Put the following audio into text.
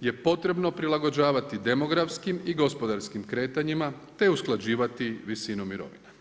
je potrebno prilagođavati demografskim i gospodarskim kretanjima te usklađivati visinu mirovina.